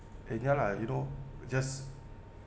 lah you know just